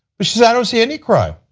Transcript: but yeah don't see any crime.